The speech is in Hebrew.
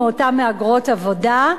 או מאותן מהגרות עבודה,